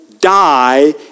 die